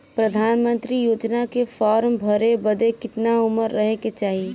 प्रधानमंत्री योजना के फॉर्म भरे बदे कितना उमर रहे के चाही?